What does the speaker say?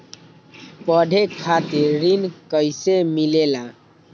पढे खातीर ऋण कईसे मिले ला?